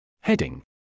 Heading